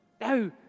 No